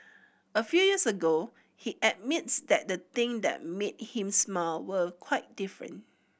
a few years ago he admits that the thing that made him smile were quite different